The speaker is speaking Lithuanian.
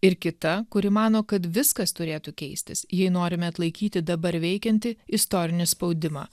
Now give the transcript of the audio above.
ir kita kuri mano kad viskas turėtų keistis jei norime atlaikyti dabar veikiantį istorinį spaudimą